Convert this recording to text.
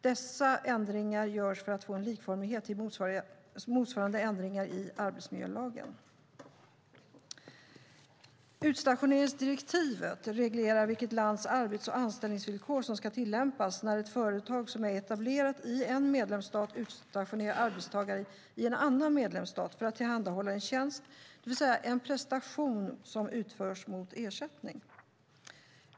Dessa ändringar görs för att få en likformighet med motsvarande ändringar i arbetsmiljölagen. Utstationeringsdirektivet reglerar vilket lands arbets och anställningsvillkor som ska tillämpas när ett företag som är etablerat i en medlemsstat utstationerar arbetstagare i en annan medlemsstat för att tillhandahålla en tjänst, det vill säga en prestation, som utförs mot ersättning.